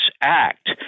act